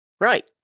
Right